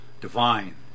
divine